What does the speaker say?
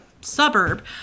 suburb